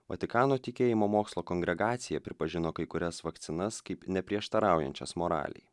vatikano tikėjimo mokslo kongregacija pripažino kai kurias vakcinas kaip neprieštaraujančias moralei